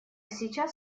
сейчас